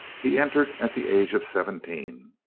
he entered at the age of seventeen.